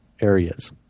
areas